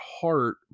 heart